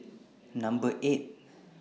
Number eight